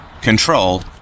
control